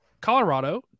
Colorado